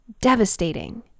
devastating